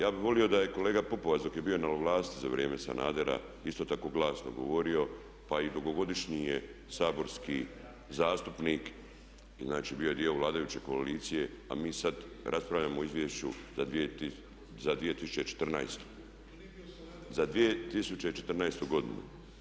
Ja bih volio da je kolega Pupovac dok je bio na vlasti za vrijeme Sanadera isto tako glasno govorio pa i dugogodišnji je saborski zastupnik i znači bio je dio vladajuće koalicije a mi sad raspravljamo o Izvješću za 2014. godinu.